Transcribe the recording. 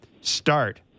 start